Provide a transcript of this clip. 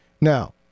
Now